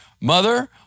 mother